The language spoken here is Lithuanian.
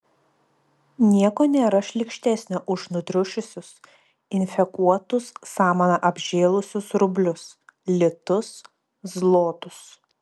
nieko nėra šlykštesnio už nutriušusius infekuotus samana apžėlusius rublius litus zlotus